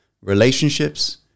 relationships